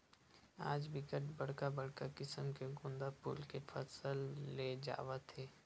आज बिकट बड़का बड़का किसम के गोंदा फूल के फसल ले जावत हे